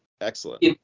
excellent